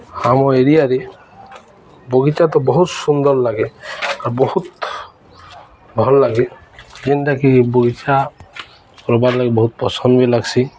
ଆମ ଏରିଆରେ ବଗିଚା ତ ବହୁତ ସୁନ୍ଦର ଲାଗେ ଆର୍ ବହୁତ ଭଲ୍ଲାଗେ ଯେନ୍ଟାକି ବଗିଚା କରବାର୍ ଲାଗି ବହୁତ ପସନ୍ଦ ବି ଲାଗ୍ସି